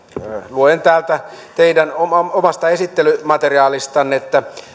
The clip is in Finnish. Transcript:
luen täältä teidän omasta omasta esittelymateriaalistanne